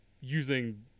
using